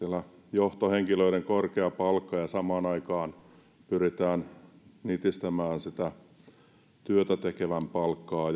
johtohenkilöiden korkea palkka ja samaan aikaan pyritään nitistämään sitä työtätekevän palkkaa